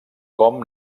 com